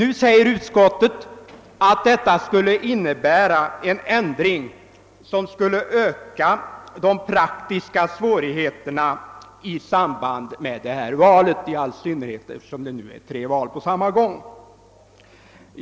Utskottet säger nu att detta skulle innebära en ändring som skulle öka de praktiska svårigheterna i samband med valet, i synnerhet som det nu kommer att hållas tre val på en gång.